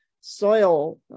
soil